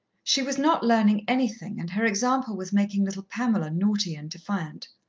she was not learning anything, and her example was making little pamela naughty and defiant.